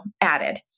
added